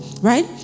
right